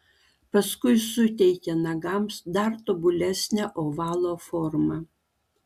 paskui suteikia nagams dar tobulesnę ovalo formą